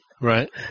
Right